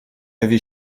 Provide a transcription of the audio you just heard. l’avez